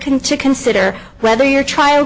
can to consider whether your trial